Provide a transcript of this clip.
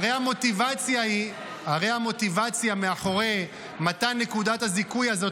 הרי המוטיבציה מאחורי מתן נקודת הזיכוי הזאת